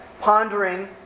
pondering